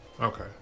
Okay